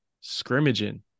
scrimmaging